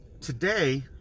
today